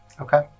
Okay